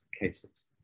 cases